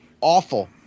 awful